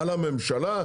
על הממשלה?